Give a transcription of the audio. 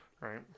right